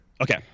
Okay